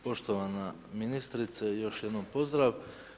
Poštovana ministrice, još jednom pozdrav.